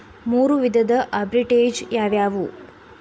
ಮೂರು ವಿಧದ ಆರ್ಬಿಟ್ರೆಜ್ ಯಾವವ್ಯಾವು?